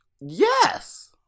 Yes